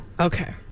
Okay